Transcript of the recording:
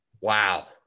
Wow